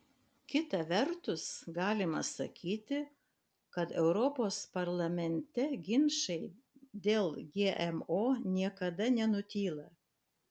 kita vertus galima sakyti kad europos parlamente ginčai dėl gmo niekada nenutyla